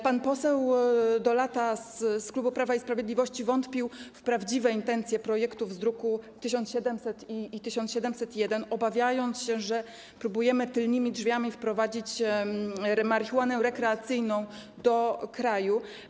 Pan poseł Dolata z klubu Prawa i Sprawiedliwości wątpił w prawdziwe intencje projektów z druków nr 1700 i nr 1701, obawiając się, że próbujemy tylnymi drzwiami wprowadzić marihuanę rekreacyjną do kraju.